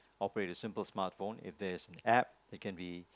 operate a simple smartphone if there is an App it can be